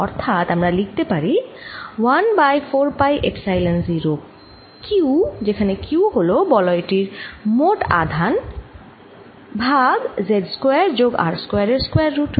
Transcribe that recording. অর্থাৎ আমরা লিখতে পারি 1বাই 4 পাই এপসাইলন 0 Q যেখানে Q হল বলয় টির মোট আধান ভাগ z স্কয়ার যোগ r স্কয়ার এর স্কয়ার রুট